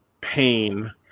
pain